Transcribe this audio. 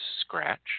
scratch